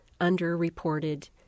underreported